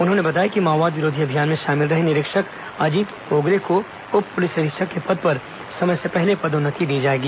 उन्होंने बताया कि माओवाद विरोधी अभियान में शामिल रहे निरीक्षक अजीत ओगरे को उप पुलिस अधीक्षक के पद पर समय से पहले पदोन्नति दी जाएगी